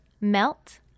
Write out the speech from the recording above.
Melt